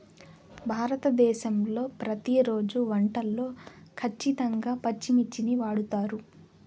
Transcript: భారతదేశంలో ప్రతిరోజు వంటల్లో ఖచ్చితంగా పచ్చిమిర్చిని వాడుతారు